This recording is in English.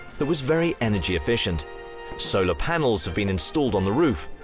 that was very energy efficient solar panels have been installed on the roof,